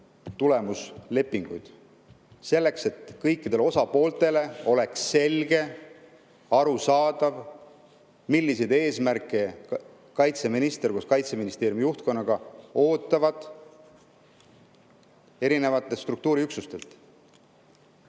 [Teeme seda] selleks, et kõikidele osapooltele oleks selge, arusaadav, milliseid eesmärke kaitseminister koos Kaitseministeeriumi juhtkonnaga eri struktuuriüksustelt